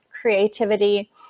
creativity